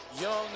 young